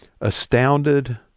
astounded